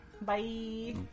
Bye